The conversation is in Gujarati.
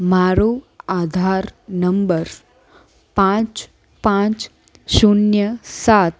મારો આધાર નંબર પાંચ પાંચ શૂન્ય સાત